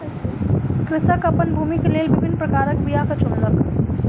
कृषक अपन भूमिक लेल विभिन्न प्रकारक बीयाक चुनलक